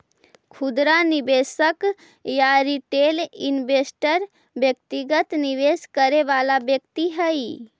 खुदरा निवेशक या रिटेल इन्वेस्टर व्यक्तिगत निवेश करे वाला व्यक्ति हइ